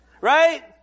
Right